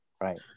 Right